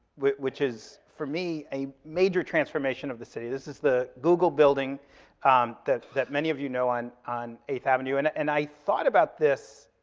which which is, for me, a major transformation of the city. this is the google building um that that many of you know on on eighth avenue. and and i thought about this,